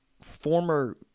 former